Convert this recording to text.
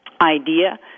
idea